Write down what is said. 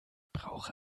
brauche